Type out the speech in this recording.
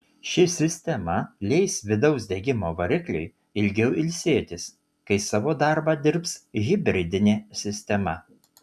ši sistema leis vidaus degimo varikliui ilgiau ilsėtis kai savo darbą dirbs hibridinė sistema